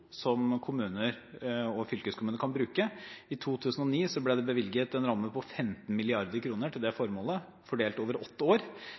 som kommuner og fylkeskommuner kan bruke. I 2009 ble det bevilget en ramme på 15 mrd. kr til det formålet, fordelt over åtte år.